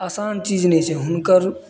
आसान चीज नहि छै हुनकर